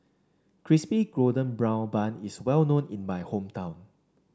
Crispy Golden Brown Bun is well known in my hometown